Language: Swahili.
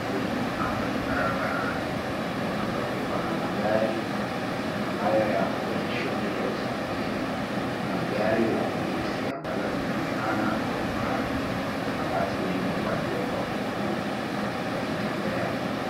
Sehemu hapa ni barabarani ambapo pana magari ambayo yako kwenye shughuli ya usafiri. Pana gari la polisi ambalo linaonekana kwa mbali. Pana watu wengi walioko miguu wakitembea.